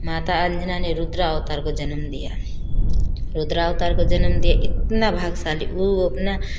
माता अंजनी ने रुद्रा अवतार को जन्म दिया रुद्रा अवतार को जन्म दिया इतना भाग्यशाली वो अपना